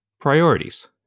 Priorities